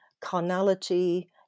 carnality